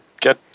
get